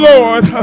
Lord